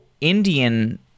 Indian